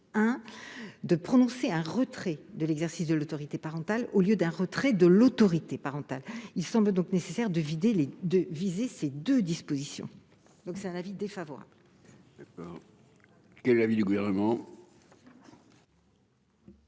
de prononcer un retrait de l'exercice de l'autorité parentale plutôt qu'un retrait de l'autorité parentale. Il semble donc nécessaire de conserver les deux visas. L'avis est défavorable. Quel est l'avis du Gouvernement ?